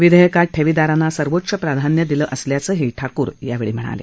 विधेयकात ठेवीदारांना सर्वोच्च प्राधान्य दिलं असल्याचं ठाकूर यांनी सांगितलं